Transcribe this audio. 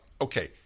okay